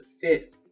fit